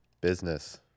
Business